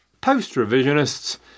post-revisionists